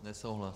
Nesouhlas.